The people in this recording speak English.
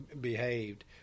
behaved